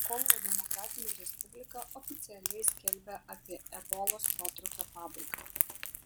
kongo demokratinė respublika oficialiai skelbia apie ebolos protrūkio pabaigą